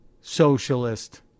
socialist